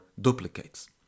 duplicates